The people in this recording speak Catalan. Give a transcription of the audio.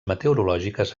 meteorològiques